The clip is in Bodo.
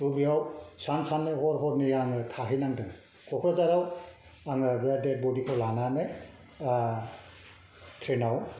त बेयाव सान साननै हर हरनै आङो थाहैनांदों क'क्राझाराव आङो बे डेड बडि खौ लानानै ट्रेन आव